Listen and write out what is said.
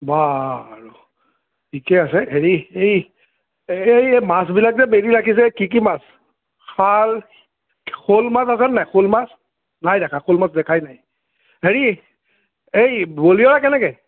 বাৰু ঠিকে আছে হেৰি এই এই এই মাছবিলাক যে বেৰি ৰাখিছে কি কি মাছ শাল শ'ল মাছ আছেন নাই শ'ল মাছ নাই দেখা শ'ল মাছ দেখাই নাই হেৰি এই বৰিয়লা কেনেকৈ